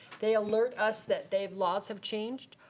they alert us that they laws have changed.